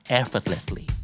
effortlessly